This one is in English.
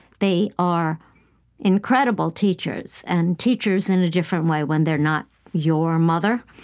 they are incredible teachers and teachers in a different way when they're not your mother.